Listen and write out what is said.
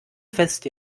fest